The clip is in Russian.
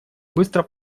быстро